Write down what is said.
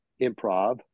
Improv